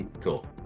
Cool